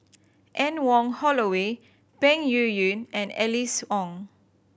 Anne Wong Holloway Peng Yuyun and Alice Ong